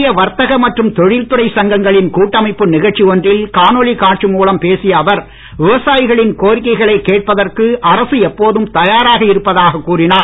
இந்திய வர்த்தக மற்றும் தொழில்துறை சங்கங்களின் கூட்டமைப்பு நிகழ்ச்சி ஒன்றில் காணொளி காட்சி மூலம் பேசிய அவர் விவசாயிகளின் கோரிக்கைகளைக் கேட்பதற்கு அரசு எப்போதும் தயாராக இருப்பதாகக் கூறினார்